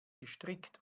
gestrickt